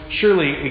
surely